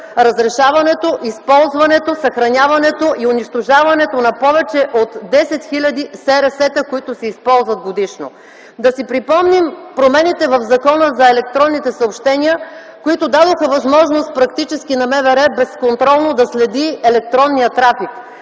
разрешаването, използването, съхраняването и унищожаването на повече от 10 хил. СРС-тата, които се използват годишно. Да си припомним промените в Закона за електронните съобщения, които практически дадоха възможност на МВР практически безконтролно да следи електронния трафик.